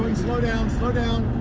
slow down, slow down.